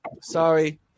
Sorry